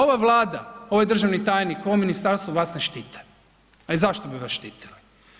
Ova Vlada, ovaj državni tajnik, ovo ministarstvo, vas ne štite, a i zašto bi vas štitili.